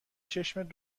چشمت